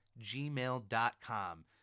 gmail.com